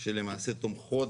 שלמעשה תומכות